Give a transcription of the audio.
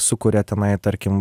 sukuria tenai tarkim